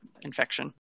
infection